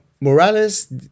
Morales